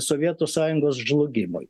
sovietų sąjungos žlugimui